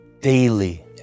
Daily